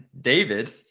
David –